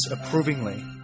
approvingly